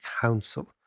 Council